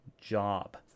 job